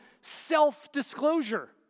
Self-disclosure